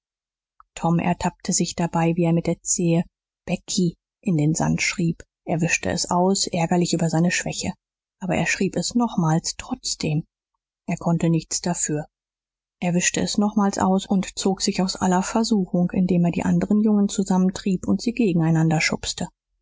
tom ertappte sich dabei wie er mit der zehe becky in den sand schrieb er wischte es aus ärgerlich über seine schwäche aber er schrieb es nochmals trotzdem er konnte nichts dafür er wischte es nochmals aus und zog sich aus aller versuchung indem er die anderen jungen zusammentrieb und sie gegeneinander schubste